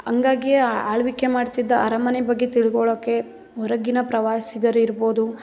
ಹಂಗಾಗ್ಯೇ ಆಳ್ವಿಕೆ ಮಾಡ್ತಿದ್ದ ಅರಮನೆ ಬಗ್ಗೆ ತಿಳ್ಕೊಳ್ಳೋಕ್ಕೆ ಹೊರಗಿನ ಪ್ರವಾಸಿಗರು ಇರ್ಬೋದು